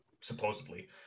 supposedly